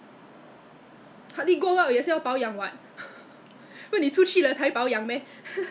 wash with the fac~ ya the facial washer lah I put it the facial one so is considered cleanser but